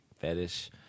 fetish